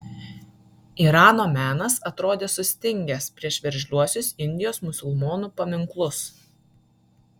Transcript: irano menas atrodė sustingęs prieš veržliuosius indijos musulmonų paminklus